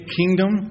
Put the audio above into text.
kingdom